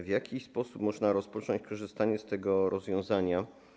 W jaki sposób można rozpocząć korzystanie z tego rozwiązania?